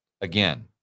again